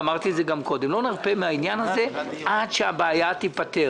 ואמרתי את זה גם קודם: לא נרפה מן העניין הזה עד שהבעיה תיפתר.